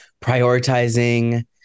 prioritizing